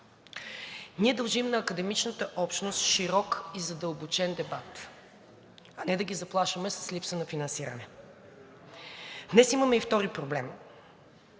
Ние дължим на академичната общност широк и задълбочен дебат, а не да ги заплашваме с липса на финансиране. Днес имаме и втори проблем